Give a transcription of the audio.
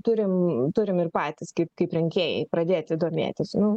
turim turim ir patys kaip kaip rinkėjai pradėti domėtis nu